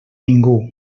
ningú